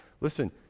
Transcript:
Listen